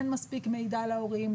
אין מספיק מידע להורים,